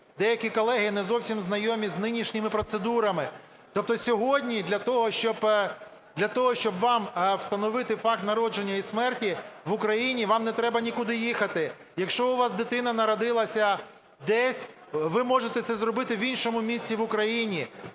Деякі колеги не зовсім знайомі з нинішніми процедурами. Тобто сьогодні для того, щоб вам встановити факт народження і смерті в Україні, вам не треба нікуди їхати. Якщо у вас дитина народилася десь, ви можете це зробити в іншому місці в Україні.